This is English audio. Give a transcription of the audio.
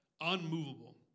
unmovable